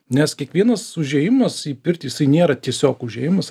nes kiekvienas užėjimas į pirtį jisai nėra tiesiog užėjimas